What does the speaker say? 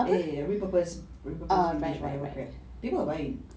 ya ya ya repurpose those vintage whatever crap people will buy